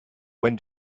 when